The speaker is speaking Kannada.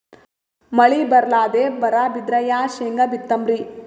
ಮಳಿ ಬರ್ಲಾದೆ ಬರಾ ಬಿದ್ರ ಯಾ ಶೇಂಗಾ ಬಿತ್ತಮ್ರೀ?